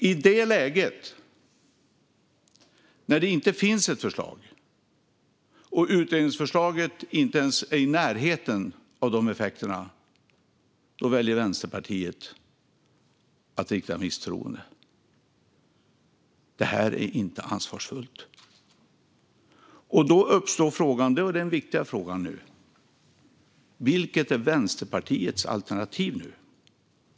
I det läget, när det inte finns ett regeringsförslag och när utredningsförslaget inte ens är i närheten av de effekterna, väljer Vänsterpartiet att rikta ett misstroende. Det är inte ansvarsfullt. Då uppstår frågan, och det är den viktiga frågan nu: Vilket är Vänsterpartiets alternativ nu?